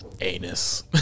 anus